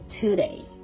today